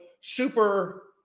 super